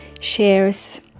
shares